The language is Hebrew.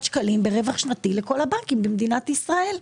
שקלים ברווח שנתי לכל הבנקים - בהערכה גסה - במדינת ישראל.